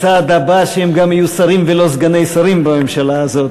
הצעד הבא שהם גם יהיו שרים ולא סגני שרים בממשלה הזאת,